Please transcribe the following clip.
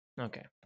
Okay